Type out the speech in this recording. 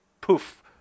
poof